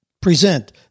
present